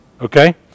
Okay